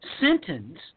sentence